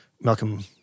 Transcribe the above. Malcolm